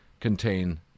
contain